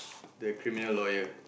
the criminal lawyer